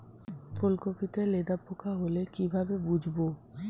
ফুলকপিতে লেদা পোকা হলে কি ভাবে বুঝবো?